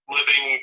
Living